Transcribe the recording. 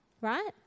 right